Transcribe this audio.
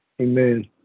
Amen